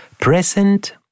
Present